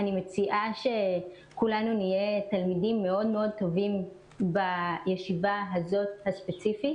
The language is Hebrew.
מציעה שכולנו נהיה תלמידים טובים מאוד בישיבה הספציפית הזאת